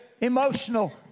emotional